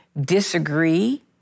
disagree